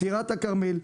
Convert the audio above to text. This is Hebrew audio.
טירת הכרמל,